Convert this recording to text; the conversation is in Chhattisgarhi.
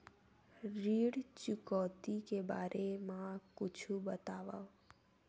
ऋण चुकौती के बारे मा कुछु बतावव?